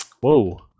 Whoa